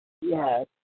Yes